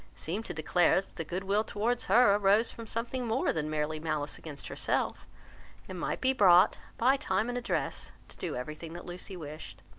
seemed to declare that the good-will towards her arose from something more than merely malice against herself and might be brought, by time and address, to do every thing that lucy wished.